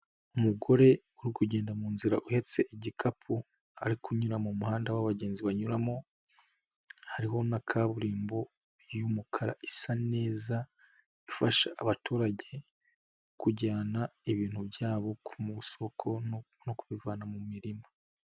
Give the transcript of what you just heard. Umugore uri kugenda mu nzira uheretse igikapu, ari kunyura mu muhanda w'abagenzi banyuramo, hariho na kaburimbo y'umukara isa neza, ifasha abaturage kujyana ibintu byabo ku masoko, no kubivana mu mirima.